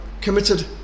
committed